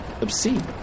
obscene